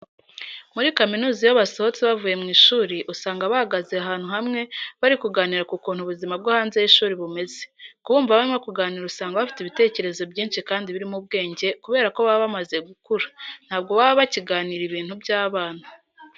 Muri kaminuza iyo basohotse bavuye mu ishuri usanga bahagaze ahantu hamwe bari kuganira ku kuntu ubuzima bwo hanze y'ishuri bumeze. Kubumva barimo kuganira usanga bafite ibitekerezo byinshi kandi birimo ubwenge kubera ko baba bamaze gukura, ntabwo baba bakiganira ibintu by'abana.